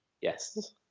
Yes